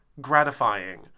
gratifying